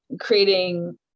creating